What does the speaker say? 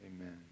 Amen